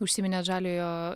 užsiminėt žaliojo